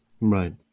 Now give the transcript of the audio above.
Right